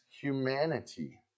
humanity